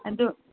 ꯑꯗꯨ